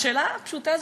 השאלה הפשוטה הזאת,